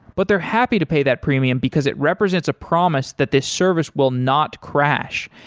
but they're happy to pay that premium because it represents a promise that this service will not crash.